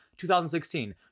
2016